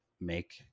make